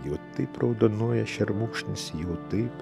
jau taip raudonuoja šermukšnis jau taip